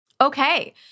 Okay